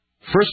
First